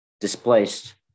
displaced